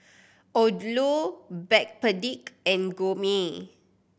Odlo Backpedic and Gourmet